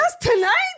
tonight